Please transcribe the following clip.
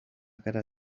cara